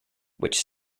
which